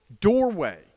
doorway